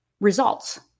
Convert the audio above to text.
results